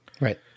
Right